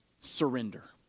surrender